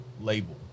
label